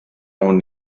awn